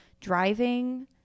driving